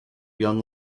young